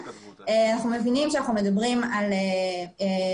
אנחנו מבינים שאנחנו מדברים על התכתבות,